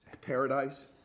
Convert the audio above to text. paradise